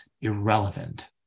irrelevant